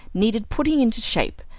needed putting into shape,